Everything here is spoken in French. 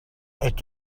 est